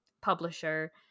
publisher